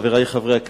חברי חברי הכנסת,